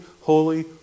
holy